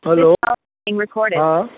हलो हा